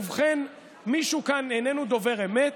ובכן, מישהו כאן איננו דובר אמת